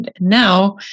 now